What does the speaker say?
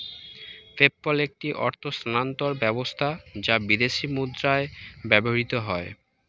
PayPal একটি অর্থ স্থানান্তর ব্যবস্থা যা বিদেশী মুদ্রায় ব্যবহৃত হয়